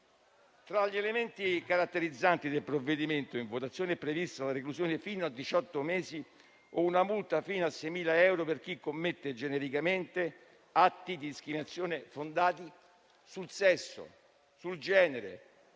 Tra gli elementi caratterizzanti del provvedimento in votazione è prevista la reclusione fino a diciotto mesi o una multa fino a 6.000 euro per chi commette genericamente atti di discriminazione fondati sul sesso, sul genere,